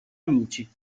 amici